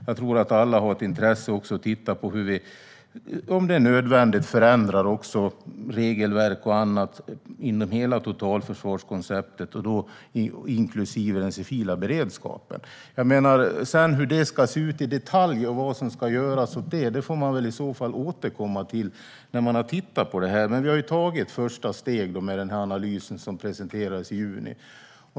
Alla har nog också ett intresse av att titta på om det är nödvändigt att förändra regelverk och annat inom hela totalförsvarskonceptet inklusive den civila beredskapen. Hur detta ska se ut i detalj och vad som ska göras åt det får man i så fall återkomma till, men vi har tagit ett första steg i och med den analys som presenterades i juni.